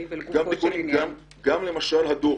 גם,